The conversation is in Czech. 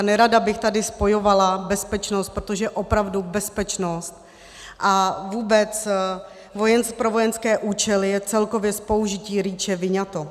Nerada bych tady spojovala bezpečnost, protože opravdu bezpečnost a vůbec pro vojenské účely je celkově z použití REACH vyňato.